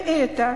ועתה,